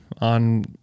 on